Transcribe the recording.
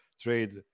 trade